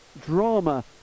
drama